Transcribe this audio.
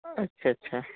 अच्छा अच्छा